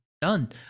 done